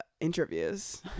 interviews